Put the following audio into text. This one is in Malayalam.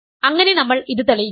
അങ്ങനെ നമ്മൾ ഇത് തെളിയിച്ചു